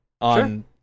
on